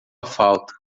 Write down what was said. falta